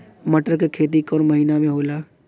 मटर क खेती कवन महिना मे होला?